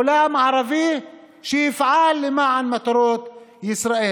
עולם ערבי שיפעל למען מטרות ישראל.